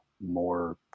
more